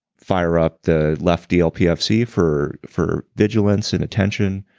fire up the left dlpfc for for vigilance and attention,